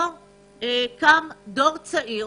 פה קם דור צעיר